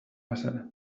bazara